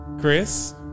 Chris